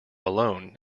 alone